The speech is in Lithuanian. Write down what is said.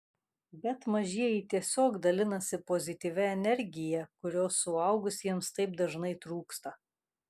bet mažieji tiesiog dalinasi pozityvia energija kurios suaugusiems taip dažnai trūksta